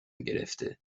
گرفته